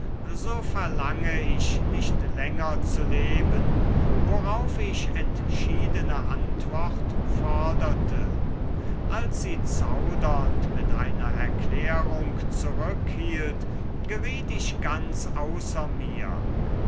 so verlange ich nicht länger zu leben worauf ich entschiedene antwort forderte als sie zaudernd mit einer erklärung zurückhielt geriet ich ganz außer mir